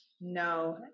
No